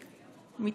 ז"ל,